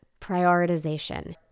prioritization